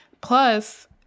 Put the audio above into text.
plus